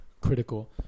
critical